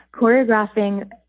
choreographing